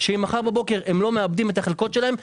שאם מחר בבוקר הם לא מעבדים את החלקות שלהם,